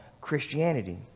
Christianity